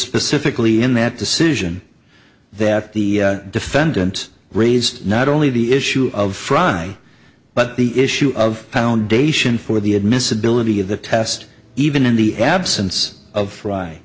specifically in that decision that the defendant raised not only the issue of fry but the issue of foundation for the admissibility of the test even in the absence of fry